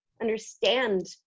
understand